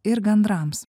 ir gandrams